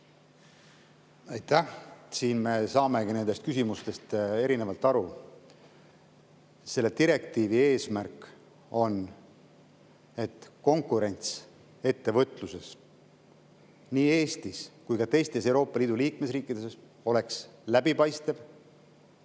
Aitäh! Me saamegi nendest küsimustest erinevalt aru. Selle direktiivi eesmärk on, et konkurents ettevõtluses, nii Eestis kui ka teistes Euroopa Liidu liikmesriikides, oleks läbipaistev,